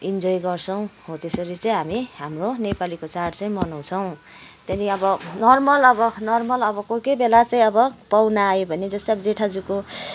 enjoy गर्छौँ हो त्यसरी चाहिँ हामी हाम्रो नेपालीको चाड चाहिँ मनाउँछौँ त्यहाँदेखि अब नर्मल अब नर्मल अब कोही कोही बेला चाहिँ अब पाहुना आयो भने जस्तै अबो जेठाज्यूको